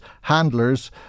handlers